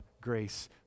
grace